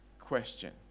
question